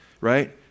right